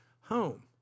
home